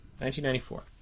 1994